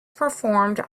performed